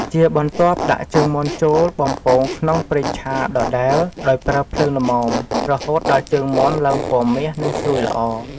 ជាបន្ទាប់ដាក់ជើងមាន់ចូលបំពងក្នុងប្រេងឆាដដែល ដោយប្រើភ្លើងល្មម រហូតដល់ជើងមាន់ឡើងពណ៌មាសនិងស្រួយល្អ។